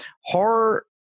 horror